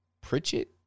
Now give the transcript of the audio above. pritchett